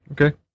Okay